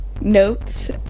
notes